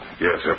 Yes